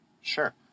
Sure